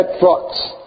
thoughts